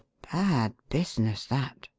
bad business, that,